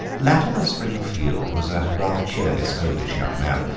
latimer springfield was a rather cheerless, oldish young man,